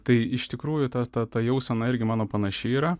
tai iš tikrųjų ta ta ta jausena irgi mano panaši yra